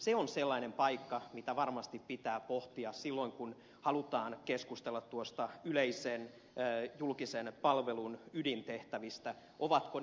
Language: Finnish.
se on sellainen paikka mitä varmasti pitää pohtia silloin kun halutaan keskustella julkisen palvelun ydintehtävistä